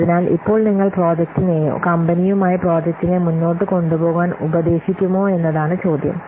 അതിനാൽ ഇപ്പോൾ നിങ്ങൾ പ്രോജക്റ്റിനെയോ കമ്പനിയുമായി പ്രോജക്റ്റിനെ മുന്നോട്ട് കൊണ്ടുപോകാൻ ഉപദേശിക്കുമോ എന്നതാണ് ചോദ്യം